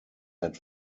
had